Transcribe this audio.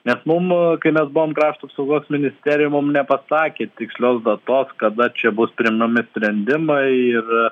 nes mum kai mes buvom krašto apsaugos ministerijoj mum nepasakė tikslios datos kada čia bus priimami sprendimai ir